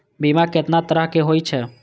बीमा केतना तरह के हाई छै?